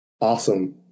Awesome